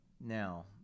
Now